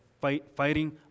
fighting